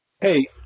Hey